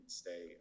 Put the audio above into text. stay